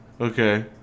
Okay